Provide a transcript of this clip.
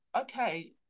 Okay